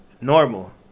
normal